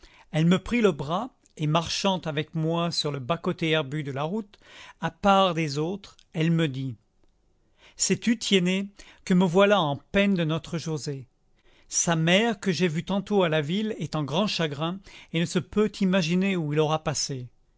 elle me prit le bras et marchant avec moi sur le bas côté herbu de la route à part des autres elle me dit sais-tu tiennet que me voilà en peine de notre joset sa mère que j'ai vue tantôt à la ville est en grand chagrin et ne se peut imaginer où il aura passé